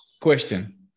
Question